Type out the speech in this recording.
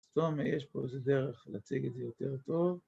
טוב, ויש פה איזה דרך להציג את זה יותר טוב.